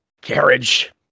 carriage